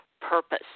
purpose